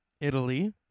Italy